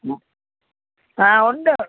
ആ ഉണ്ട്